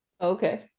okay